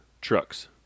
trucks